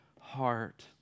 heart